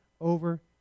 over